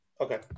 Okay